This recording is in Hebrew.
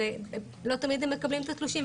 ולא תמיד הם מקבלים את התלושים,